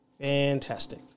Fantastic